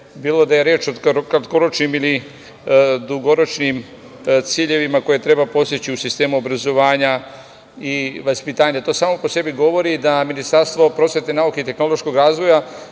bilo da je reč o kratkoročnim ili dugoročnim ciljevima koje treba postići u sistemu obrazovanja i vaspitanja. To samo po sebi govori da Ministarstvo prosvete, nauke i tehnološkog razvoja